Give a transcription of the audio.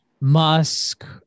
Musk